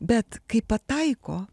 bet kai pataiko